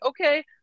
okay